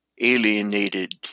alienated